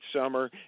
summer